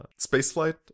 spaceflight